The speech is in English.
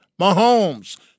Mahomes